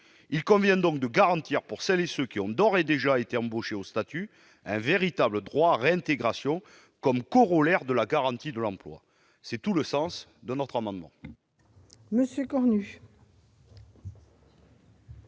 Il convient donc de garantir, pour celles et ceux qui ont d'ores et déjà été embauchés au statut, un véritable droit à réintégration, comme corollaire de la garantie de l'emploi. C'est tout le sens de notre amendement.